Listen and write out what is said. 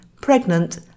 pregnant